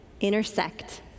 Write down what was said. intersect